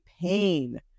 pain